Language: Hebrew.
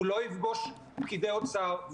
הוא לא יפגוש פקידי אוצר,